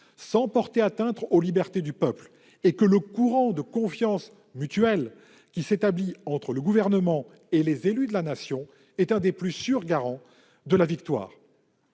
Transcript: sans porter atteinte aux libertés du peuple et que le courant de confiance mutuelle existant entre le Gouvernement et les élus de la Nation était l'un des plus sûrs garants de la victoire.